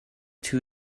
two